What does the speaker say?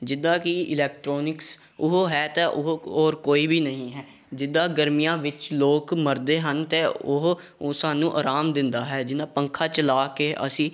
ਜਿੱਦਾਂ ਕਿ ਇਲੈਕਟਰੋਨਿਕਸ ਉਹ ਹੈ ਤਾਂ ਉਹ ਹੋਰ ਕੋਈ ਵੀ ਨਹੀਂ ਹੈ ਜਿੱਦਾਂ ਗਰਮੀਆਂ ਵਿੱਚ ਲੋਕ ਮਰਦੇ ਹਨ ਅਤੇ ਉਹ ਉਹ ਸਾਨੂੰ ਆਰਾਮ ਦਿੰਦਾ ਹੈ ਜਿਹਨਾਂ ਪੱਖਾ ਚਲਾ ਕੇ ਅਸੀਂ